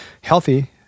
healthy